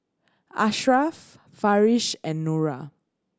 Asharaff Farish and Nura